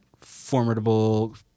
formidable